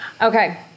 Okay